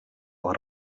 les